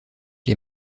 les